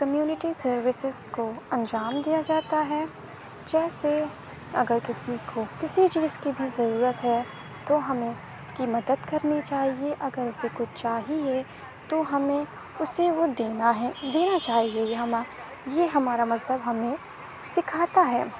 community services کو انجام دیا جاتا ہے جیسے اگر کسی کو کسی چیز کی بھی ضرورت ہے تو ہمیں اس کی مدد کرنی چاہیے اگر اسے کچھ چاہیے تو ہمیں اسے وہ دینا ہے دینا چاہیے یہ ہما یہ ہمارا مذہب ہمیں سکھاتا ہے